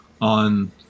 on